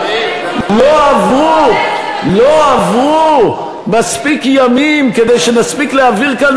לא עברו מספיק ימים כדי שנספיק להעביר כאן